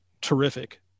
terrific